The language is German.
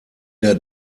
der